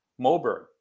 Moberg